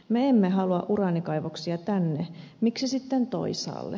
me emme halua uraanikaivoksia tänne miksi sitten toisaalle